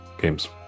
games